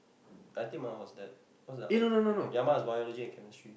I think my one was that cause there was other ya mine was Biology and Chemistry